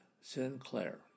Sinclair